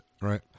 right